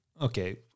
okay